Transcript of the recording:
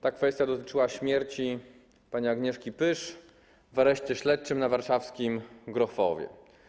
Ta kwestia dotyczyła śmierci pani Agnieszki Pysz w areszcie śledczym na warszawskim Grochowie.